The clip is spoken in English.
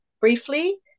briefly